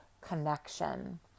connection